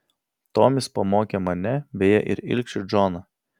tomis pamokė mane beje ir ilgšį džoną